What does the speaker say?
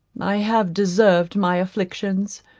i have deserved my afflictions,